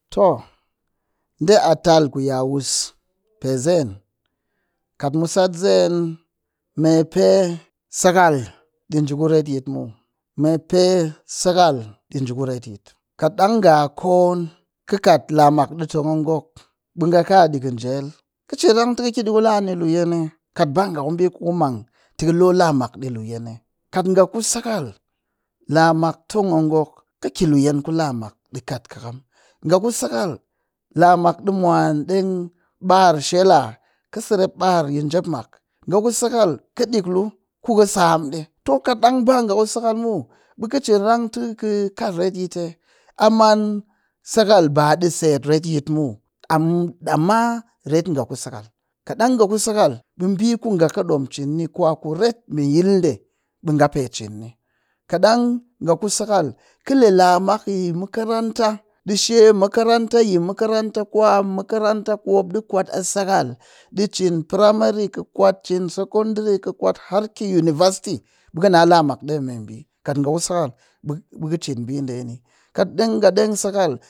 Too ɗe a tal ku yawus pe zeen me pe sakal ɗi njii ku retyi muw mepe sakal ɗi njii ku retyit, kat ɗang nga koon kɨ kat la mak ɗi tong a ngok ɓe ngaka ɗikɨn jel kɨ cin a rang tɨ kɨ ki ɗii kula ni luyen'ee, kat ba nga ku ɓi ku kɨmang ti kɨ ki ɗii ku lamak luyen'ee. Kat nga ku sakal lamak tong a ngok kɨ ki luyen ku lamak ɗi kat kɨkam kat nga ku sakal lamak ɗi mwan ɗeng ɓar shel'a kɨ serep ɓar yi njepmak nga ku sakal kɨ ɗikklu ku kɨ sam ɗii oo kat ɗang ba nga ku sakal muw ɓe kɨ cina rantɨ kɨ kat retyit'ee a man sakal ba ɗi set retyit muw am amma ret nga ku sakal kat nga ku sakal ɓe ɓii ku nga kɨ ɗom cin ni kwan mɨ yil ɗe ɓe nga pe cin ni. Kaɗang nganku sakal kɨle lamak yi makaranta, ɗi she yi makaranta kwan makaranta kumop ɗi kwat a sakal ɗi cin primay kɨ kwat cin secondary kɨ kwat har ki university ɓe kɨ na lamak ɗee meɓii kat nga ku sakal ɓe kɨ cin ɓiiɗe ni kat ɗeng nga deng sakal